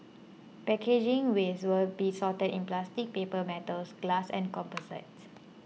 packaging waste will be sorted into plastic paper metals glass and composites